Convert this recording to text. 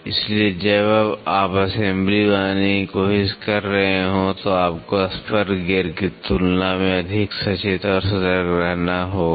इसलिए जब आप असेंबली बनाने की कोशिश कर रहे हों तो आपको स्पर गियर की तुलना में अधिक सचेत और सतर्क रहना होगा